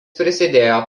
prisidėjo